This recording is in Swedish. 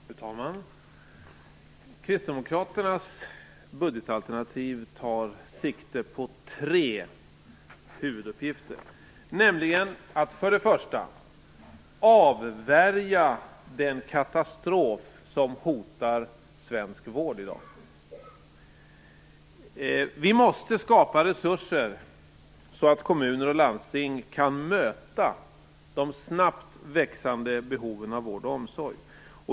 Fru talman! Kristdemokraternas budgetalternativ tar sikte på tre huvuduppgifter. För det första handlar det om att avvärja den katastrof som hotar svensk vård i dag. Vi måste skapa resurser så att kommuner och landsting kan möta de snabbt växande behoven av vård och omsorg.